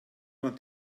man